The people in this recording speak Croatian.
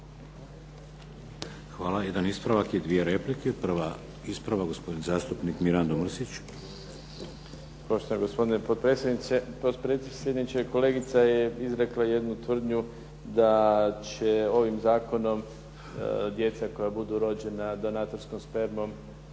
Hvala. Jedan ispravak i dvije replike. Prva ispravak gospodin zastupnik Mirando Mrsić. **Mrsić, Mirando (SDP)** Poštovani gospodine potpredsjedniče, kolegica je izrekla jednu tvrdnju da će ovim zakonom djeca koja budu rođena donatorskom spermom